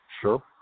sure